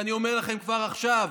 ואני אומר לכם כבר עכשיו,